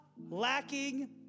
lacking